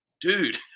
Dude